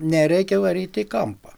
nereikia varyti į kampą